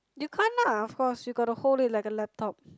you can't lah of course you gotta hold it like a laptop